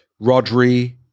Rodri